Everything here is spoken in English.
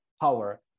power